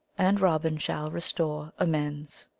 and robin shall restore amends.